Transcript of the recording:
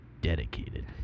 dedicated